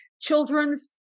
children's